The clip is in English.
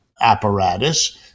apparatus